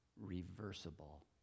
reversible